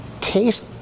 taste